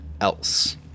else